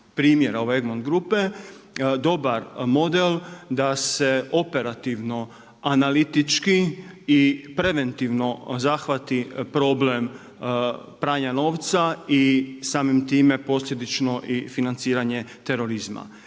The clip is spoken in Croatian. primjera Edmond grupe, dobar model da se operativno analitički i preventivno zahvati problem paranja novca i samim time posljedično i financiranje terorizma.